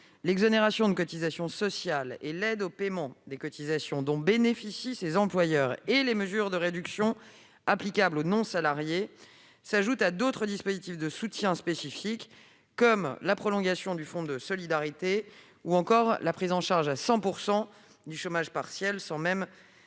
L'exonération de cotisations sociales et l'aide au paiement des cotisations, dont bénéficient les employeurs, ainsi que les mesures de réduction applicables aux non-salariés, s'ajoutent à d'autres dispositifs de soutien spécifiques comme la prolongation du Fonds de solidarité ou la prise en charge à 100 % du chômage partiel, sans même